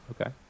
Okay